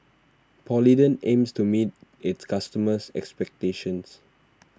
Polident aims to meet its customers' expectations